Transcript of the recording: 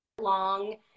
long